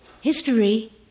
History